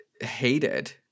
hated